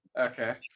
okay